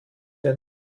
denn